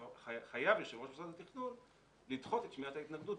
חייב יו"ר מוסד התכנון לדחות את שמיעת ההתנגדות